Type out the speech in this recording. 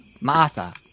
Martha